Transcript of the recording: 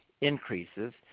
increases